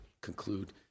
conclude